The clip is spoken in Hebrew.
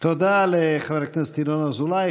היו"ר יולי יואל אדלשטיין: תודה לחבר הכנסת ינון אזולאי.